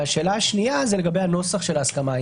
והשאלה השנייה זה לגבי הנוסח של ההסכמה.